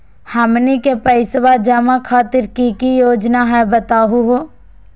हमनी के पैसवा जमा खातीर की की योजना हई बतहु हो?